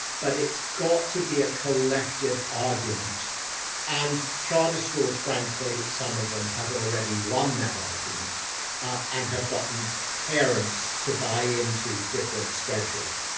but it's got to be a collective argument and charter schools, frankly, some of them have already won that argument and have gotten parents to buy into different scheduling.